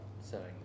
setting